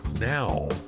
now